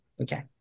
Okay